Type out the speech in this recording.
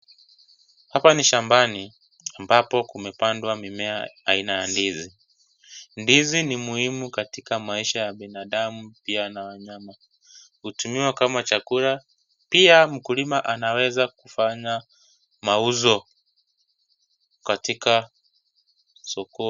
Hapa ni shambani ambapo kumepandwa mimea aina ya ndizi, ndizi ni muhimu katika maisha ya binadamu pia na wanyama, hutumiwa kama chakula pia mkulima anaweza kufanya mauzo katika sokoni.